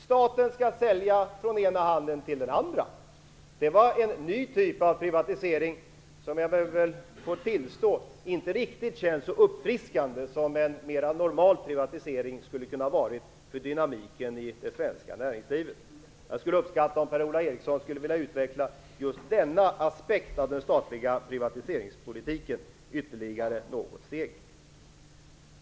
Staten skall sälja från ena handen till den andra. Det var en ny typ av privatisering som jag får tillstå inte riktigt känns så uppfriskande som en mera normal privatisering skulle kunna ha varit för dynamiken i det svenska näringslivet. Jag skulle uppskatta om Per-Ola Eriksson skulle vilja utveckla just denna aspekt av den statliga privatiseringspolitiken ytterligare något steg.